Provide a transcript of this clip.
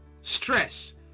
stress